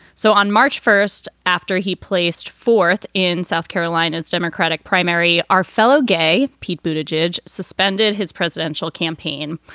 so on march first, after he placed fourth in south carolina's democratic primary, our fellow gay pete booted jej suspended his presidential campaign.